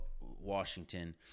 Washington